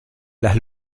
las